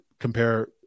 compare